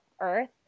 Earth